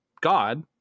God